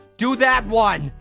do that one.